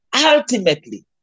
Ultimately